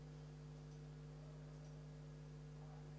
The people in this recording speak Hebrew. סדר-היום: